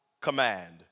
command